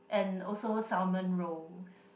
and also salmon roe